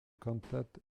cantates